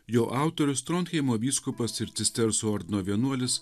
jo autorius tronheimo vyskupas ir cistersų ordino vienuolis